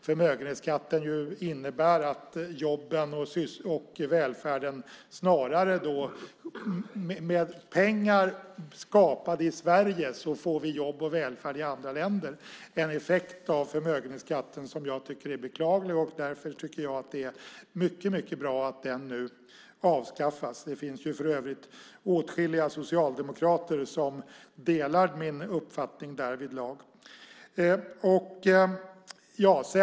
Förmögenhetsskatten innebär att med pengar skapade i Sverige blir det välfärd och jobb i andra länder. Det är en effekt av förmögenhetsskatten som jag tycker är beklaglig. Därför tycker jag att det är mycket bra att den nu avskaffas. Det finns för övrigt åtskilliga socialdemokrater som delar min uppfattning därvidlag.